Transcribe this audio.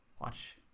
Watch